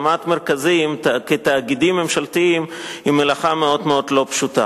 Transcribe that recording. הקמת מרכזים כתאגידים ממשלתיים היא מלאכה מאוד-מאוד לא פשוטה.